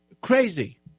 crazy